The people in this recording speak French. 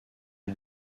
est